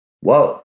whoa